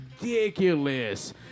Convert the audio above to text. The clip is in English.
ridiculous